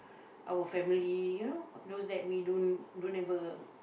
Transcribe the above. our family you know those that we don't don't ever